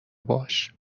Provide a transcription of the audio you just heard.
باش